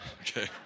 Okay